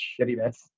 shittiness